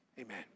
Amen